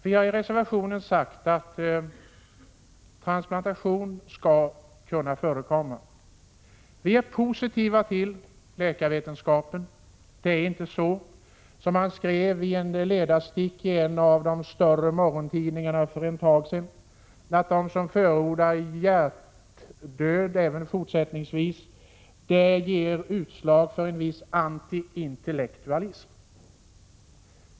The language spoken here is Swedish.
Vi har i reservation 9 sagt att transplantation skall kunna förekomma. Vi är positiva till läkarvetenskapen. Det är inte så, som man skrev i ett ledarstick i en av de större morgontidningarna för ett tag sedan, att de som förordar hjärtdöd även fortsättningsvis ger utslag för en viss antiintellektualism.